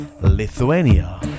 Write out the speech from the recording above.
Lithuania